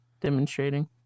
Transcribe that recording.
demonstrating